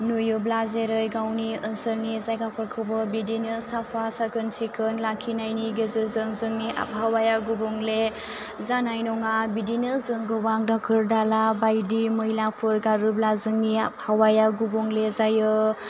नुयोब्ला जेरै गावनि ओनसोलनि जायगाफोरखौबो बिदिनो साफा साखोन सिखोन लाखिनायनि गेजेरजों जोंनि आबहावाया गुबुंले जानाय नङा बिदिनो जों गोबां दाखोर दाला बायदि मैला फोर गारोब्ला जोंनि आबहावाया गुबुंले जायो